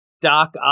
Doc